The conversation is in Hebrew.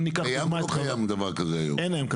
אם ניקח לדוגמה את חוות --- לא,